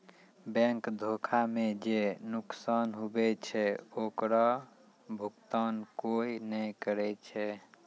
bank धोखा मे जे नुकसान हुवै छै ओकरो भुकतान कोय नै करै छै